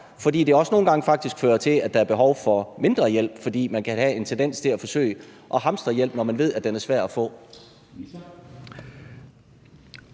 fører faktisk nogle gange til, at der er behov for mindre hjælp, fordi man kan have en tendens til at forsøge at hamstre hjælp, når man ved, at den er svær at få.